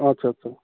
আচ্ছা আচ্ছা